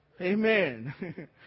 Amen